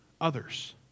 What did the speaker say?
others